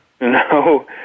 No